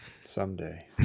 Someday